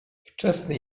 wczesny